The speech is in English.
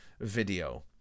video